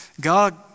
God